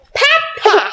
papa